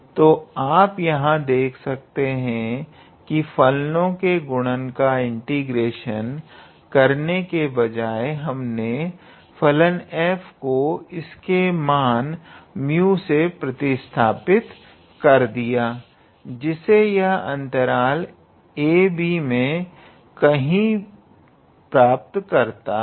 तो आप यहां देख सकते हैं कि फलनों के गुणन का इंटीग्रेशन करने के बजाएं हमने फलन f को इसके मान 𝜇 से प्रतिस्थापित कर दिया जिसे यह अंतराल ab मे कहीं प्राप्त करता है